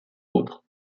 autres